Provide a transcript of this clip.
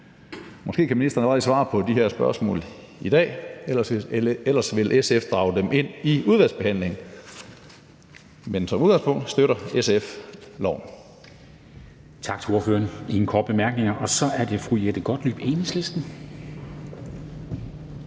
Måske kan ministeren allerede svare på der her spørgsmål i dag, ellers vil SF drage dem ind i udvalgsbehandlingen. Men som udgangspunkt støtter SF